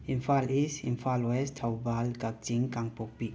Imphal East Imphal West Thoubal Kakching Kangpokpi